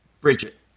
Bridget